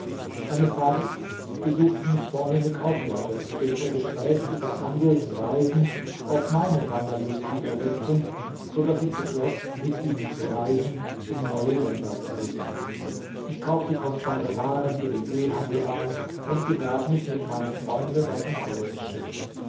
eines tages besuchten mich vornehme kaufleute die durch ihr gespräch über handel und reisen auch meine wanderlust wieder weckten so daß ich beschloß mit ihnen zu reisen um neue länder zu sehen ich kaufte kostbare waren für den seehandel ein und begab mich mit meinen freunden auf ein großes schiff